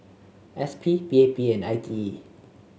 S P P A P and I T E